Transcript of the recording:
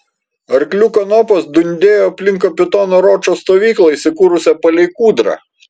arklių kanopos dundėjo aplink kapitono ročo stovyklą įsikūrusią palei kūdrą